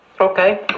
Okay